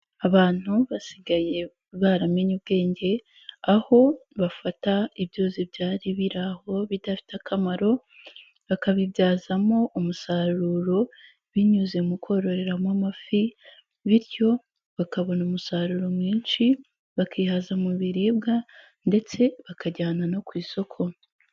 Abantu basigaye baramenye ubwenge aho bafata ibyuzi byari biri aho bidafite akamaro, bakabibyazamo umusaruro binyuze mu kororeramo amafi bityo bakabona umusaruro mwinshi, bakihaza mu biribwa ndetse bakajyana no ku isoko.